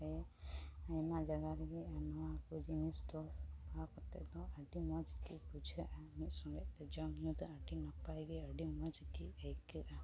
ᱵᱟᱦᱟᱨᱮ ᱟᱭᱢᱟ ᱡᱟᱜᱟᱨᱮ ᱜᱮ ᱱᱚᱣᱟᱠᱚ ᱡᱤᱱᱤᱥᱫᱚ ᱠᱟᱛᱮᱫᱚ ᱟᱹᱰᱤ ᱢᱚᱡᱽ ᱵᱤᱡᱷᱟᱹᱜᱼᱟ ᱢᱤᱫ ᱥᱚᱸᱜᱮᱡᱛᱮ ᱡᱚᱢᱼᱧᱩᱫᱚ ᱟᱹᱰᱤ ᱱᱟᱯᱟᱭ ᱜᱮᱭᱟ ᱟᱹᱰᱤ ᱢᱚᱡᱽᱜᱮ ᱟᱹᱭᱠᱟᱹᱜᱼᱟ